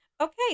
okay